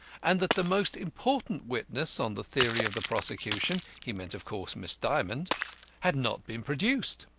and that the most important witness on the theory of the prosecution he meant, of course, miss dymond had not been produced.